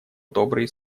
добрые